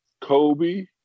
kobe